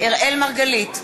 אראל מרגלית,